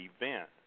event